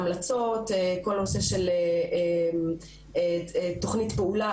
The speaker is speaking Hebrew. כל הנושא של תוכנית פעולה,